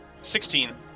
Sixteen